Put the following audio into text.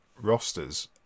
rosters